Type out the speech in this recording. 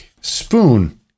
spoon